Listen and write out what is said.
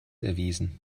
erwiesen